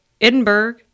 Edinburgh